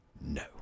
No